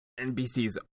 nbc's